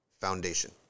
foundation